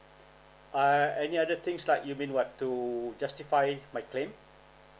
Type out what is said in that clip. uh any other things like you mean what to justify my claim